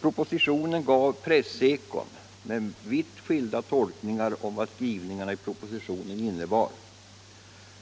Propositionen gav pressekon med vitt skilda tolkningar om vad skrivningarna i propositionen innebar.